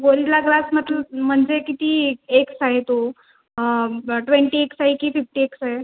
Gorilla Glass म्हटलं म्हणजे किती एक्स आहे तो अ ट्वेंटी एक्स आहे की फिफ्टी एक्स आहे